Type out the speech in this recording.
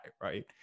right